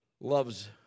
Loves